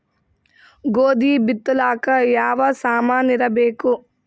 ಗೋಧಿ ಬಿತ್ತಲಾಕ ಯಾವ ಸಾಮಾನಿರಬೇಕು?